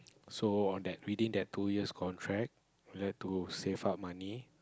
so on that within the two years contract I have to save up money